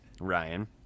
Ryan